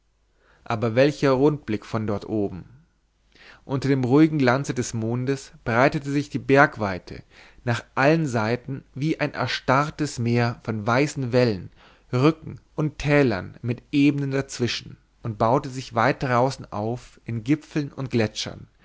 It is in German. aber welcher rundblick von dort oben unter dem ruhigen glanze des mondes breitete sich die bergweite nach allen seiten wie ein erstarrtes meer von weißen wellen rücken und tälern mit ebenen dazwischen und baute sich weit draußen auf in gipfeln und gletschern